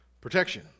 protection